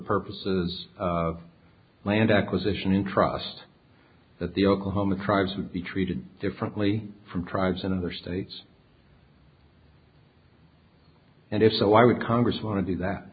purposes of land acquisition in trusts that the oklahoma tribes would be treated differently from tribes in other states and if so why would congress want to do that